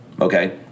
Okay